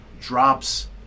drops